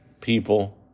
people